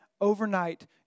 overnight